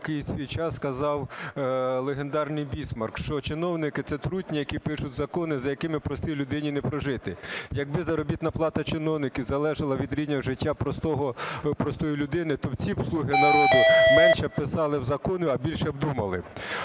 які в свій час сказав легендарний Бісмарк, що чиновники – це трутні, які пишуть закони, за якими простій людині не прожити. Якби заробітна плата чиновників залежала від рівня життя простої людини, то ці б "слуги народу" менше б писали закони, а більше б думали.